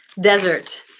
Desert